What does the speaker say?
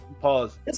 Pause